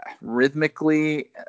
rhythmically